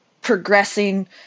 progressing